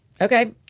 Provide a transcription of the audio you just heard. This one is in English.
Okay